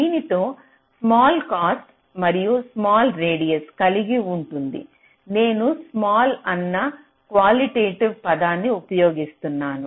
దీనిలో small cost మరియు small radius కలిగి ఉంటుంది నేను స్మాల్ అన్న క్వాలిటెటివ్ పదాన్ని ఉపయోగిస్తున్నాను